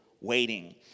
waiting